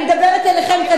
אני מדברת אליכם,